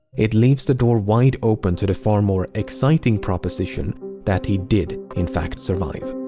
it leaves the door wide open to the far more exciting proposition that he did, in fact, survive.